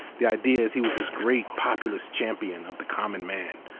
the idea is he was this great populist champion of the common man,